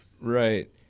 Right